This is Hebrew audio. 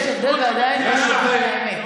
יש הבדל, ועדיין, צריך להגיד את האמת.